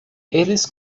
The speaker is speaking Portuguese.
eles